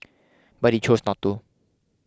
but he chose not to